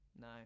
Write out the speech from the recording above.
No